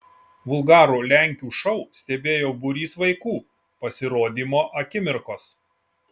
vulgarų lenkių šou stebėjo būrys vaikų pasirodymo akimirkos